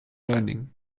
learning